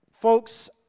folks